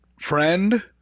friend